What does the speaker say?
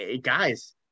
guys